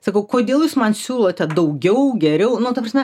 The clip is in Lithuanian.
sakau kodėl jūs man siūlote daugiau geriau nu ta prasme